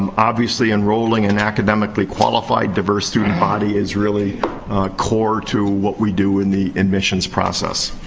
um obviously, enrolling an academically qualified, diverse student body is really core to what we do in the admissions process.